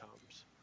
comes